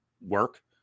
work